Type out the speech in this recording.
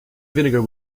vinegar